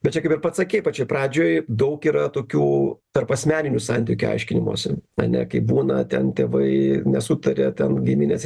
bet čia kaip ir pats sakei pačioj pradžioj daug yra tokių tarpasmeninių santykių aiškinimosi ane kaip būna ten tėvai nesutaria ten giminės